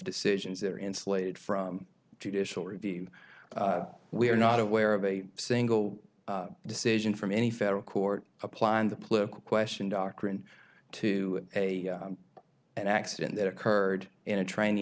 decisions that are insulated from judicial review we are not aware of a single decision from any federal court applying the political question doctrine to an accident that occurred in a train